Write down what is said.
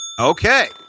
Okay